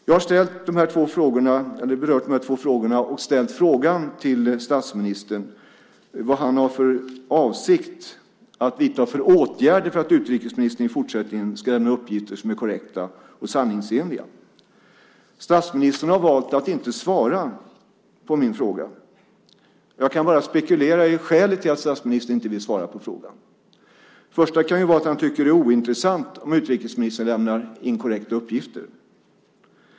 Jag har berört dessa två frågor och frågat statsministern vilka åtgärder han har för avsikt att vidta för att utrikesministern i fortsättningen ska lämna uppgifter som är korrekta och sanningsenliga. Statsministern har valt att inte svara på min fråga. Jag kan bara spekulera i skälet till att statsministern inte vill svara på frågan. Det första kan vara att han tycker att det är ointressant om utrikesministern lämnar inkorrekta uppgifter.